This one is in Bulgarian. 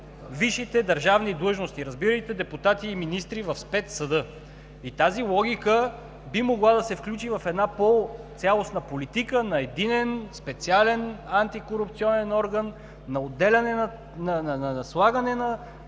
висшите държавни длъжности – разбирайте депутати и министри в Специализирания съда. И тази логика би могла да се включи в една по-цялостна политика на единен, специален антикорупционен орган, на отделяне, на